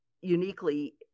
uniquely